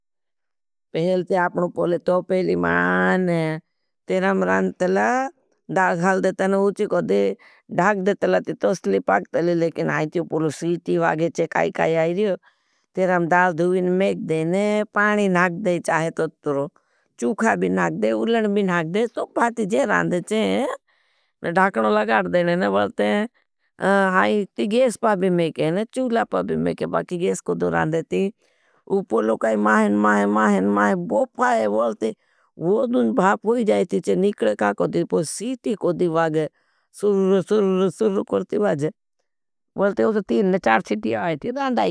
पहले ते आपनों पोले तो पहली मान तेराम रान तला दाल खाल दे तना उची को दे धाक दे तला। ते तोसली पाक तले लेकिन हाई ते। पूलो सीटी वागेचे काई काई आईरियो, तेराम दाल धूवीन मेख देने पानी नाग दे, चाहे तो तुरो चूखा भी नाग दे उलन भी नाग दे। सोप भाती जेरान देचे ढाकणो लगाट देने वलते हैं, हाई ती गेश पाबी मेखे, चूला पाबी मेखे बाकी गेश कोड़ो रान देती, उपोलो काई माहन माहन माहन माहन, बोपाये वलती, वोदुं भापोई जाएथी चे। निक शुरु शुरु शुरु करती बाजे वोलते उस तीन चार सिटी आये थी